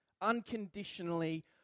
Unconditionally